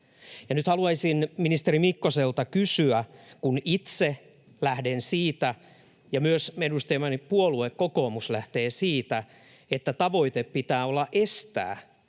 nyt haluaisin ministeri Mikkoselta kysyä. Kun itse ja myös edustamani puolue kokoomus lähtee siitä, että tavoitteena pitää estää